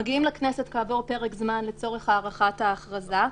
מגיעים לכנסת כעבור פרק זמן לצורך הארכת ההכרזה.